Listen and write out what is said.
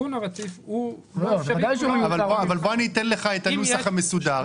האיכון הרציף הוא --- אתן לך את הנוסח המסודר.